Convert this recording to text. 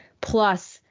Plus